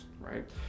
right